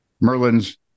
Merlin's